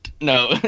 No